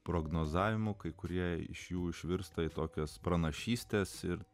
prognozavimu kai kurie iš jų išvirsta į tokias pranašystes ir